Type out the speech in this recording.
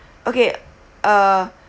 okay uh